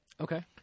Okay